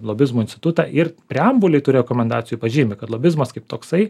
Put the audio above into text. lobizmo institutą ir preambulėj tų rekomendacijų pažymi kad lobizmas kaip toksai